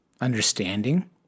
understanding